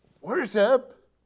Worship